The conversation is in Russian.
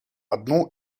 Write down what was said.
одну